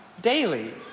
daily